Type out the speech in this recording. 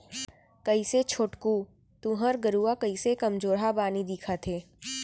कइसे छोटकू तुँहर गरूवा कइसे कमजोरहा बानी दिखत हे